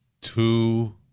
Two